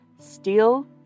steel